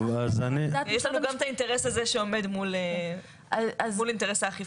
יש לנו גם את האינטרס הזה שעומד מול אינטרס האכיפה.